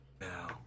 now